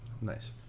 Nice